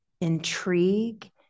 intrigue